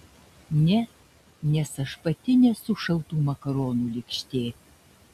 ne nes aš pati nesu šaltų makaronų lėkštė